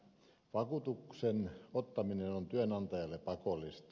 vakuutuksen ottaminen on työnantajalle pakollista